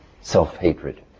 self-hatred